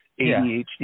ADHD